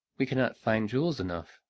we cannot find jewels enough.